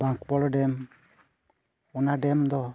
ᱵᱟᱸᱠᱵᱚᱲ dam ᱚᱱᱟ ᱫᱚ